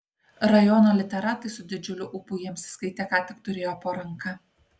rajono literatai su didžiuliu ūpu jiems skaitė ką tik turėjo po ranka